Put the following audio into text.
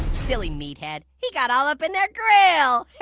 silly meathead, he got all up in their grill.